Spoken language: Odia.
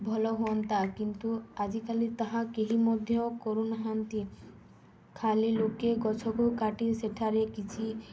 ଭଲ ହୁଅନ୍ତା କିନ୍ତୁ ଆଜିକାଲି ତାହା କେହି ମଧ୍ୟ କରୁନାହାନ୍ତି ଖାଲି ଲୋକେ ଗଛକୁ କାଟି ସେଠାରେ କିଛି